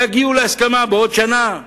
תגיעו להסכמה בעוד שנה,